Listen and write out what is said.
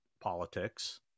politics